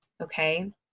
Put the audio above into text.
Okay